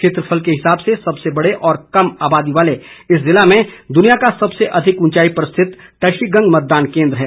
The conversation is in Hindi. क्षेत्रफल के हिसाब से सबसे बड़े और कम आबादी वाले इस जिले में दुनिया का सबसे अधिक उंचाई पर स्थित टशीगंग मतदान केन्द्र है